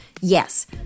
yes